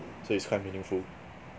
so it's quite meaningful